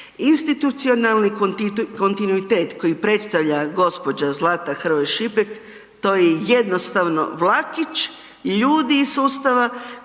Institucionalni kontinuitet koji predstavlja gospođa Zlata Hrvoje Šipek to je jednostavno vlakić ljudi iz sustava